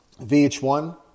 VH1